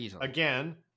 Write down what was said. again